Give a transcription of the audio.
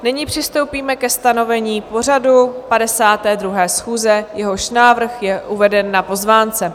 Nyní přistoupíme ke stanovení pořadu 52. schůze, jehož návrh je uveden na pozvánce.